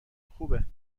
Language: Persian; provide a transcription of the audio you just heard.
خوبه